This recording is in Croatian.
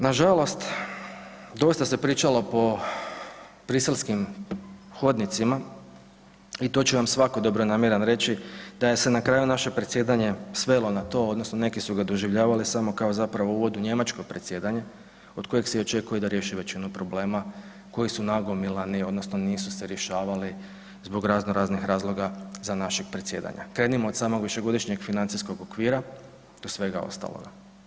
Nažalost dosta se pričalo po bruxelleskim hodnicima i to će vam svako dobronamjeran reći da je se naše predsjedanje svelo na to odnosno neki su ga doživljavali samo kao zapravo uvod u Njemačko predsjedanje od kojeg se i očekuje da riješi većinu problema koji su nagomilani odnosno nisu se rješavali zbog razno raznih razloga za našeg predsjedanja, krenimo samo od višegodišnjeg financijskog okvira do svega ostaloga.